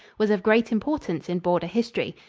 was of great importance in border history.